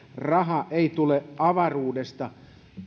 raha ei tule avaruudesta